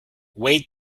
wait